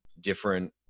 different